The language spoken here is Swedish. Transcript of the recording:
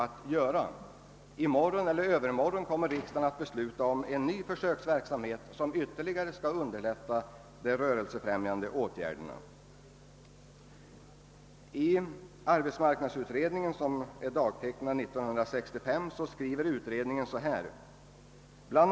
I morgon eller övermorgon skall riksdagen besluta om en ny försöksverksamhet, som ytterligare kommer att underlätta de rörelsefrämjande åtgärderna. I arbetsmarknadsutredningen, vars betänkande framlades år 1965, framhåller man följande: »Bl.